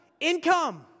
Income